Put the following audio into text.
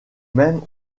même